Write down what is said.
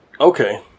Okay